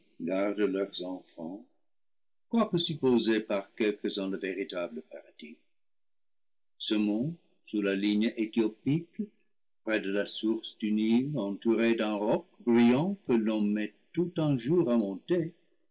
gardent leurs enfants quoique supposé par quelques-uns le véritable paradis ce mont sous la ligne éthiopien roc brillant que l'on met tout un jour